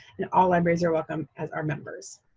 and all libraries are welcome as our members.